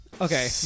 Okay